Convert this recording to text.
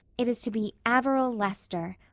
it is to be averil lester.